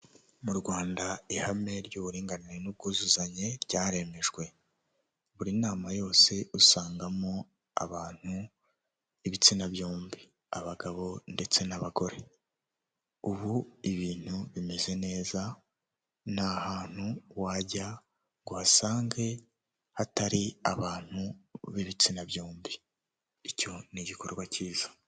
Mu Rwanda ihame ry'uburinganire n'ubwuzuzanye ryaremejwe, buri nama yose usangamo abantu b'ibitsina byombi abagabo ndetse n'abagore, ubu ibintu bimeze neza, ntahantu wajya ngo uhasange hatari abantu b'ibitsina byombi icyo ni igikorwa kiza.